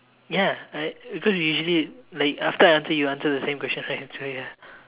ya I cause usually like after I answer you answer the same question right so ya